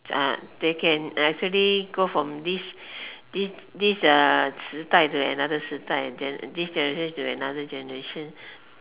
uh they can actually go from this this this uh 时代 to another 时代 gen~ this generation to another generation